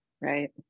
Right